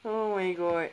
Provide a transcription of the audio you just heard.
oh my god